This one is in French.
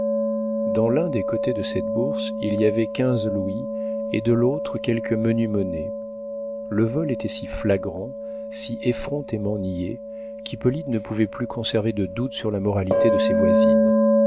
dans l'un des côtés de cette bourse il y avait quinze louis et de l'autre quelque menue monnaie le vol était si flagrant si effrontément nié qu'hippolyte ne pouvait plus conserver de doute sur la moralité de ses voisines